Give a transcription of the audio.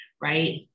Right